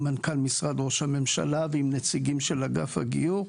מנכ"ל משרד ראש הממשלה וגם נציגים של אגף הגיור,